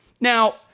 Now